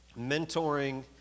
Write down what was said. mentoring